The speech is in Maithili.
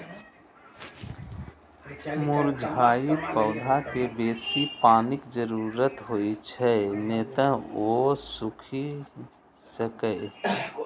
मुरझाइत पौधाकें बेसी पानिक जरूरत होइ छै, नै तं ओ सूखि सकैए